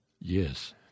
Yes